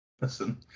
Listen